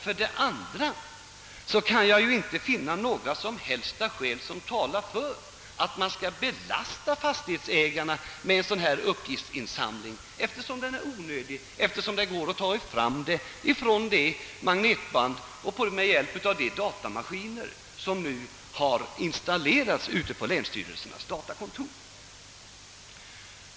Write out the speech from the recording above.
För det andra finns det enligt min mening inga skäl för att belasta fastighetsägarna med en sådan uppgiftsinsamling, eftersom den är onödig; det går att ta fram uppgifterna från magnet bandet med hjälp av de datamaskiner som installerats på länsstyrelsernas kontor.